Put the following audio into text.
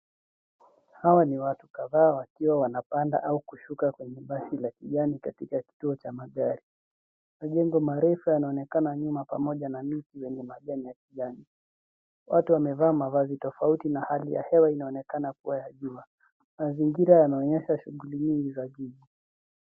Hawa ni watu kadhaa wakiwa wanapanda au kushuka kwenye basi la kijani katika kituo cha magari. Majengo marefu yanaonekana nyuma pamoja na miti yenye majani ya kijani. Watu wamevaa mavazi tofauti na hali ya hewa inaonekana kuwa ya jua. Mazingira yanaonyesha shughuli nyingi za jiji.